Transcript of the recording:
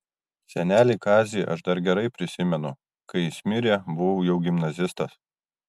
senelį kazį aš dar gerai prisimenu kai jis mirė buvau jau gimnazistas